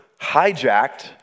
hijacked